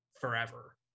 forever